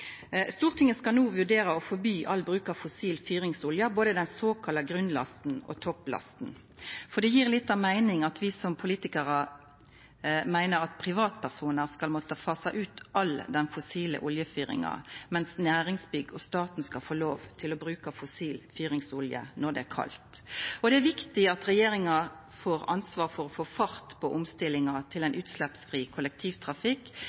Stortinget skal no vurdera å forby all bruk av fossil fyringsolje, både den såkalla grunnlasten og topplasten, for det gjev lita meining at vi som politikarar meiner at privatpersonar skal måtta fasa ut all den fossile oljefyringa, mens næringsbygg og staten skal få lov til å bruka fossil fyringsolje når det er kaldt. Det er viktig at regjeringa får ansvar for å få fart på omstillinga til ein utsleppsfri kollektivtrafikk,